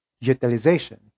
utilization